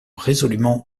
résolument